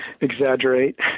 exaggerate